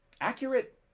accurate